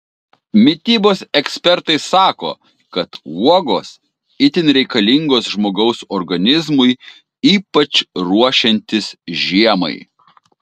mitybos ekspertai sako kad uogos itin reikalingos žmogaus organizmui ypač ruošiantis žiemai